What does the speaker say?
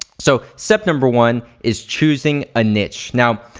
so, step number one is choosing a niche. now,